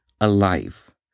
alive